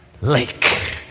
lake